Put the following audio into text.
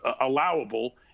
allowable